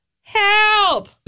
Help